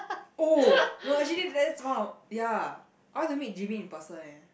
oh no actually that's one of ya I want to meet jae-min in person eh